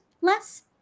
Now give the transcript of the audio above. less